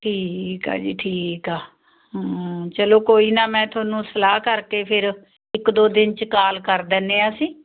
ਠੀਕ ਆ ਜੀ ਠੀਕ ਆ ਚਲੋ ਕੋਈ ਨਾ ਮੈਂ ਤੁਹਾਨੂੰ ਸਲਾਹ ਕਰਕੇ ਫਿਰ ਇੱਕ ਦੋ ਦਿਨ 'ਚ ਕਾਲ ਕਰ ਦਿੰਦੇ ਹਾਂ ਅਸੀਂ